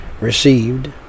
received